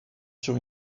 sur